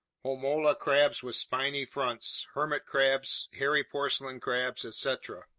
homola crabs with spiny fronts, hermit crabs, hairy porcelain crabs, etc.